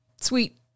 sweet